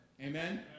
Amen